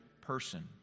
person